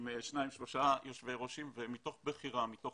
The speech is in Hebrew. ועם שנים-שלושה יושבי ראש וזה היה מתוך בחירה ומתוך